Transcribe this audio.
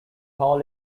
hall